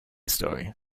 story